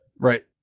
right